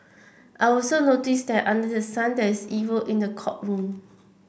I also noticed that under the sun there is evil in the courtroom